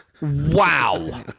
Wow